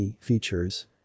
features